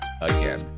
again